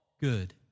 good